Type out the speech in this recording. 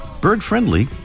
bird-friendly